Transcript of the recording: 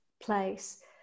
place